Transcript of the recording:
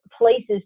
places